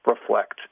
reflect